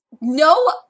no